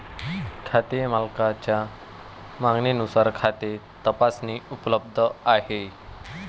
खाते मालकाच्या मागणीनुसार खाते तपासणी उपलब्ध आहे